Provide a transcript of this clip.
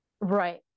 Right